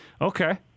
Okay